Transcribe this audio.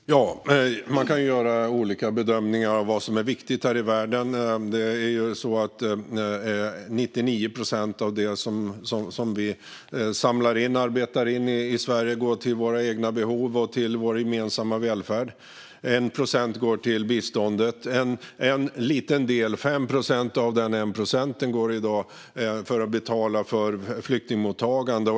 Fru talman! Man kan göra olika bedömningar av vad som är viktigt här i världen. Av det som vi arbetar in i Sverige går 99 procent till våra egna behov och vår gemensamma välfärd. Vidare går 1 procent till biståndet, och av den summan går i dag en liten del, 5 procent, till att betala för flyktingmottagande.